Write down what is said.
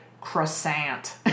croissant